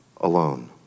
alone